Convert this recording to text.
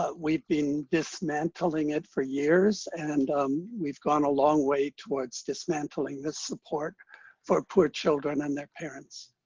ah we've been dismantling it for years. and we've gone a long way towards dismantling this support for poor children and their parents.